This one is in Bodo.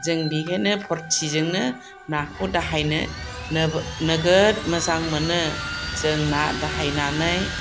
जों बेवहायनो फुर्टिजोंनो नाखौ दाहायनो नोगोद मोजां मोनो जों ना दाहायनानै